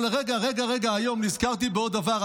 אבל רגע רגע, היום נזכרתי בעוד דבר.